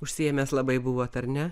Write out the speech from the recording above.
užsiėmęs labai buvot ar ne